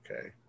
okay